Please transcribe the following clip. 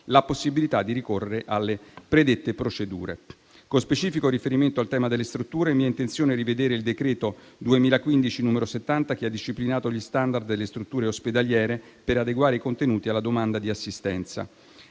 la possibilità di ricorrere alle predette procedure. Con specifico riferimento al tema delle strutture, è mia intenzione rivedere il decreto ministeriale n. 70 del 2015, che ha disciplinato gli *standard* delle strutture ospedaliere, per adeguare i contenuti alla domanda di assistenza.